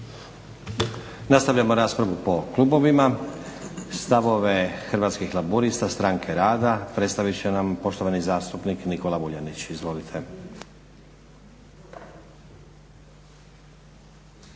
Nastavljamo raspravu po klubovima. Stavove Hrvatskih laburista-Stranke rada predstavit će nam poštovani zastupnik Nikola Vuljanić. Izvolite.